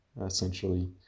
essentially